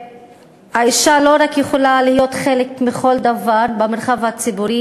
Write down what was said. שהאישה לא רק יכולה להיות חלק מכל דבר במרחב הציבורי,